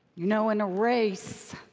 you know in a race,